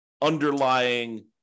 underlying